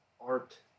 art